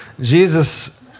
Jesus